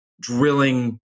drilling